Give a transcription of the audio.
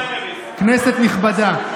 כנסת נכבדה,